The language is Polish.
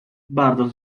bardzo